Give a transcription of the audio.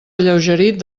alleugerit